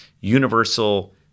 universal